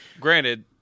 Granted